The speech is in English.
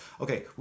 okay